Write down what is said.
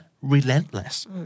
relentless